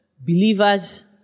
believers